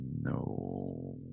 No